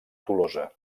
tolosa